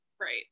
right